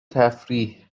تفریح